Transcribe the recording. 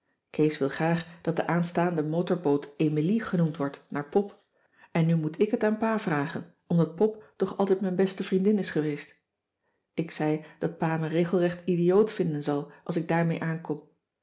kees wil graag dat de aanstaande motorboot emilie genoemd wordt naar pop en nu cissy van marxveldt de h b s tijd van joop ter heul moet ik het aan pa vragen omdat pop toch altijd mijn beste vriendin is geweest ik zei dat pa me regelrecht idioot vinden zal als ik daarmee aankom